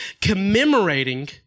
commemorating